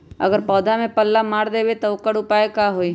अगर पौधा में पल्ला मार देबे त औकर उपाय का होई?